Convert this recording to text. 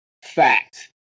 Fact